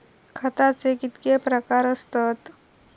खताचे कितके प्रकार असतत?